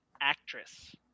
Actress